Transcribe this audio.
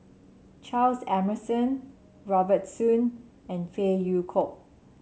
Charles Emmerson Robert Soon and Phey Yew Kok